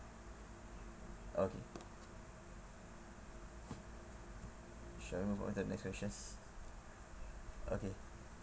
okay shall we move on to the next question okay